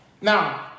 Now